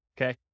okay